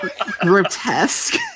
grotesque